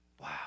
Wow